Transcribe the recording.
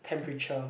temperature